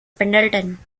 pendleton